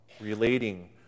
relating